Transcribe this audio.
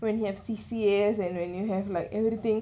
when you have C_C_A and when you have like everything